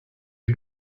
you